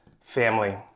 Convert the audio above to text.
family